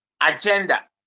agenda